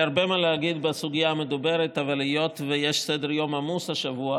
מגיעים לבית הספר, וגם שם,